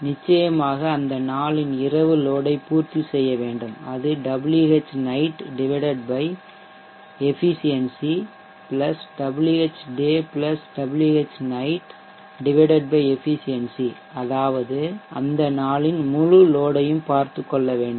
நிச்சயமாக அந்த நாளின் இரவு லோட் ஐ பூர்த்தி செய்ய வேண்டும் அது Whnight efficiency Whday Whnight efficiency அதாவது அந்த நாளின் முழு லோட் ஐயும் பார்த்துக்கொள்ள வேண்டும்